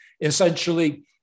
Essentially